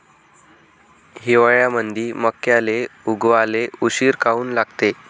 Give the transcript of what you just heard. हिवाळ्यामंदी मक्याले उगवाले उशीर काऊन लागते?